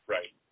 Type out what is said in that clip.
Right